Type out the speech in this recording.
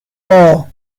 paw